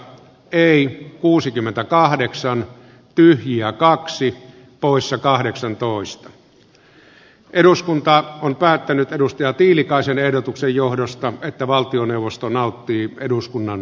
perustuslakivaliokunnan lakivaliokunnan maa ja metsätalousvaliokunnan puolustusvaliokunnan sosiaali ja terveysvaliokunnan tulevaisuusvaliokunnan ja ympäristövaliokunnan jäsenille ilmoitetaan että valtioneuvosto nauttii eduskunnan